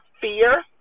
fear